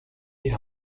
die